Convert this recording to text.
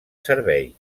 servei